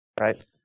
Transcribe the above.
right